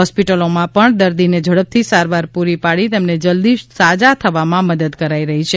હોસ્પિટલોમાં પણ દર્દીને ઝડપથી સારવાર પૂરી પાડી તેમને જલ્દી સાજા થવામાં મદદ કરાઇ રહી છે